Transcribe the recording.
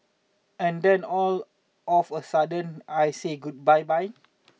and then all of a sudden I say good bye bye